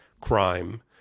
crime